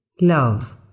love